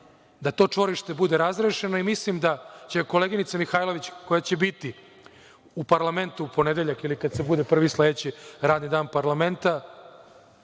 da to čvorište bude razrešeno. Mislim da će koleginica Mihajlović, koja će biti u parlamentu u ponedeljak ili kad bude prvi sledeći radni dan parlamenta,